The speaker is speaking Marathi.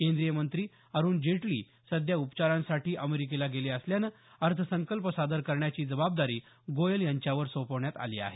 केंद्रीय मंत्री अरुण जेटली सध्या उपचारांसाठी अमेरिकेला गेले असल्यानं अर्थसंकल्प सादर करण्याची जबाबदारी गोयल यांच्यावर सोपवण्यात आली आहे